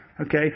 Okay